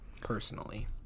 personally